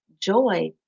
joy